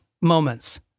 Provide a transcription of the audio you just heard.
moments